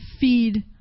feed